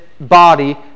body